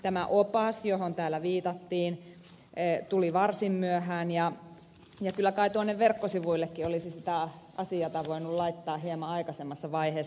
tämä opas johon täällä viitattiin tuli varsin myöhään ja kyllä kai tuonne verkkosivuillekin olisi sitä asiaa voinut laittaa hieman aikaisemmassa vaiheessa